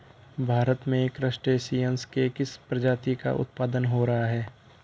भारत में क्रस्टेशियंस के किस प्रजाति का उत्पादन हो रहा है?